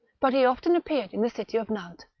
but he often appeared in the city of nantes,